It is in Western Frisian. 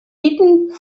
iten